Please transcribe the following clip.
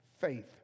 faith